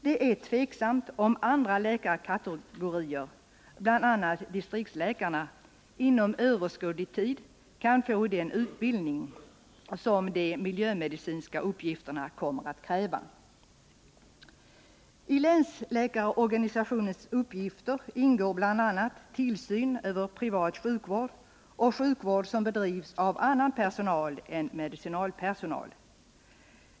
Det är tveksamt om andra läkarkategorier, bl.a. distriktsläkarna, inom överskådlig tid kan få den utbildning som de miljömedicinska uppgifterna kommer att kräva. I länsläkarorganisationens uppgifter ingår bl.a. tillsyn över privat sjukvård och sjukvård som bedrivs av annan personal än medicinalpersonal.